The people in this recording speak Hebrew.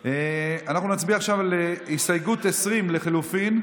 עכשיו על הסתייגות 20 לחלופין.